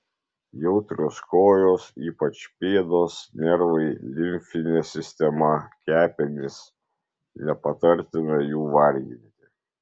jautrios kojos ypač pėdos nervai limfinė sistema kepenys nepatartina jų varginti